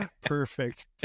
perfect